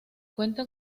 cuenta